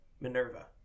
Minerva